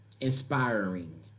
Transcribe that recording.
Inspiring